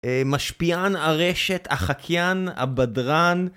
אה... משפיען הרשת, החקיין, הבדרן...